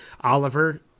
Oliver